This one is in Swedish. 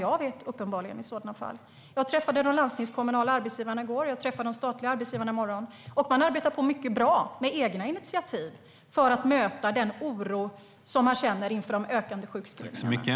Jag träffade de landstingskommunala arbetsgivarna i går, och jag träffar de statliga arbetsgivarna i morgon. De arbetar på bra med egna initiativ för att möta oron inför de ökande sjukskrivningarna.